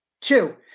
Two